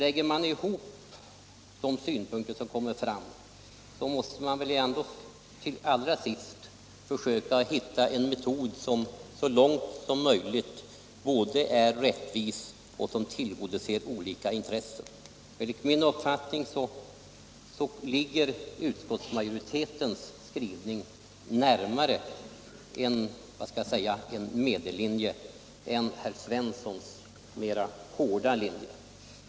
Lägger man ihop de synpunkter som kommer fram måste man väl ändå till sist försöka hitta en metod som så långt möjligt både är rättvis och tillgodoser olika intressen. Enligt min uppfattning ligger utskottsmajoritetens skrivning närmare en medellinje än herr Svenssons mer hårda linje.